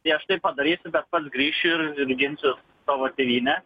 tai aš taip padarysiu bet pats grįšiu ir ginsiu savo tėvynę